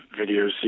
videos